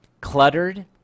cluttered